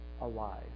alive